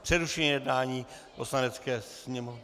Přerušuji jednání Poslanecké sněmovny...